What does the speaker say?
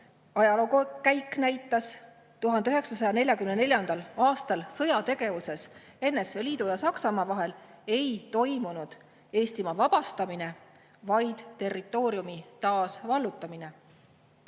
ajaloo käik näitas, 1944. aastal sõjategevuses NSV Liidu ja Saksamaa vahel ei toimunud Eestimaa vabastamine, vaid territooriumi taasvallutamine.